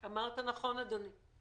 אמרת נכון, אדוני.